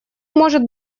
может